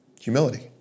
Humility